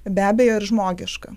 be abejo ir žmogiška